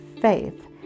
faith